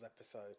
episode